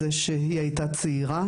שעל שמה נקרא המרכז היה שהיא הייתה צעירה.